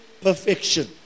perfection